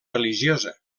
religiosa